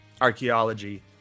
archaeology